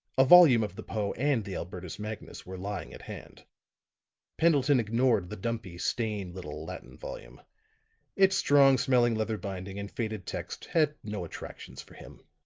a volume of the poe and the albertus-magnus were lying at hand pendleton ignored the dumpy, stained little latin volume its strong-smelling leather binding and faded text had no attractions for him.